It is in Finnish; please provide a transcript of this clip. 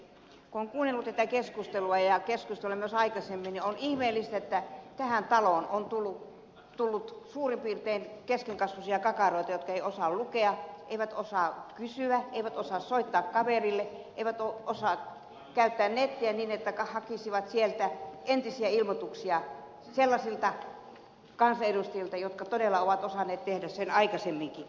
kun on kuunnellut tätä keskustelua ja keskusteluja myös aikaisemmin niin on ihmeellistä että tähän taloon on tullut suurin piirtein keskenkasvuisia kakaroita jotka eivät osaa lukea eivät osaa kysyä eivät osaa soittaa kaverille eivät osaa käyttää nettiä niin että hakisivat sieltä entisiä ilmoituksia sellaisilta kansanedustajilta jotka todella ovat osanneet tehdä sen aikaisemminkin